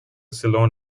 ceylon